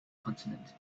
consonant